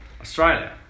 Australia